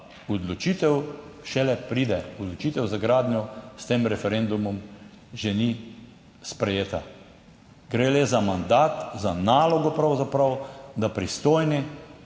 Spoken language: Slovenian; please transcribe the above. Oločitev šele pride. Odločitev za gradnjo s tem referendumom še ni sprejeta, gre le za mandat, za nalogo pravzaprav, da pristojni